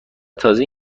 تازه